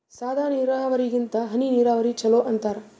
ಸಾದ ನೀರಾವರಿಗಿಂತ ಹನಿ ನೀರಾವರಿನ ಚಲೋ ಅಂತಾರ